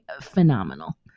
phenomenal